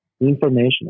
information